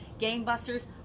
gangbusters